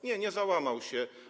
Nie, nie załamał się.